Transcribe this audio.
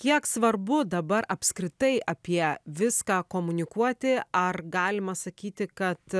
kiek svarbu dabar apskritai apie viską komunikuoti ar galima sakyti kad